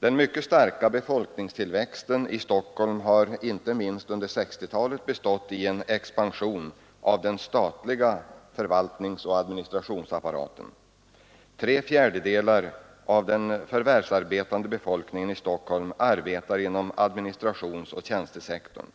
Den mycket starka befolkningstillväxten i Stockholm har inte minst under 1960-talet bestått i en expansion av den statliga förvaltningsoch administrationsapparaten. Tre fjärdedelar av den förvärvsarbetande befolkningen i Stockholm arbetar inom administrationsoch tjänstesektorn.